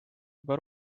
juba